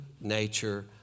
nature